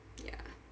ya